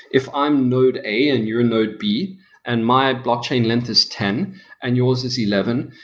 if i'm node a and you're node b and my blockchain length is ten and yours is eleven,